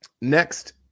Next